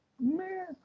man